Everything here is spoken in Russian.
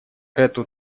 эту